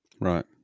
Right